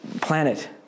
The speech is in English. planet